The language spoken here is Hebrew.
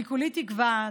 אני כולי תקווה,